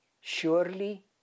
Surely